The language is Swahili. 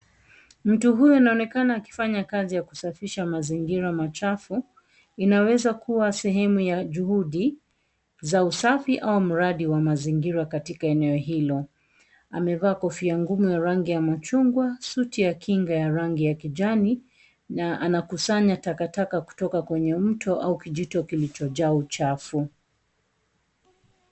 Mtu huyo anaonekana akifanya kazi ya kusafisha mazingira machafu, inaweza kuwa sehemu ya juhudi za usafi au mradi wa mazingira katika eneo hilo, amevaa kofia ngumu ya rangi ya machungwa, suti ya kinga ya rangi ya kijani na anakusanya takataka kutoka kwenye mto au kijito kilichojaa uchafu.